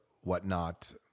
whatnot